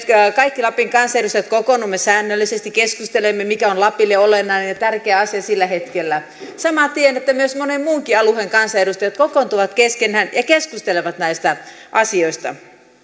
kaikki lapin kansanedustajat kokoonnumme säännöllisesti keskustelemme mikä on lapille olennainen ja tärkeä asia sillä hetkellä samalla tiedän että myös monen muunkin alueen kansanedustajat kokoontuvat keskenään ja keskustelevat näistä asioista